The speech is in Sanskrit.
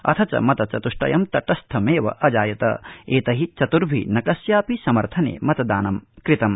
अथ च मतचतुष्टयं तटस्थमेव अजायत एत वितुर्भि न कस्यापि समर्थने मतदानं कृतम्